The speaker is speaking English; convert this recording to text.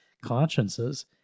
consciences